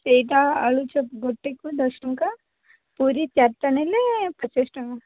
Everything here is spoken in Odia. ଏଇଟା ଆଳୁଚପ୍ ଗୋଟିକୁ ଦଶ ଟଙ୍କା ପୁରି ଚାରିଟା ନେଲେ ପଚାଶ ଟଙ୍କା